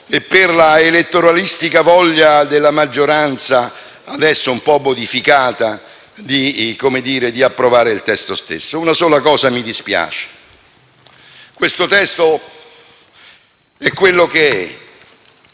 e per la elettoralistica voglia della maggioranza, adesso un po' modificata, di approvare il testo stesso. Una sola cosa mi dispiace: questo testo è quello che è.